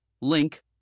link